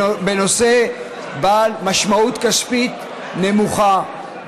בנושא בעל משמעות כספית נמוכה,